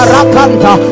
Rakanta